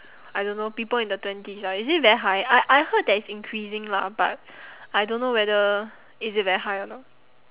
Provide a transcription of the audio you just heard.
I don't know people in the twenties ah is it very high I I heard that it's increasing lah but I don't know whether is it very high or not